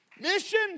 Mission